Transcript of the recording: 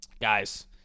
guys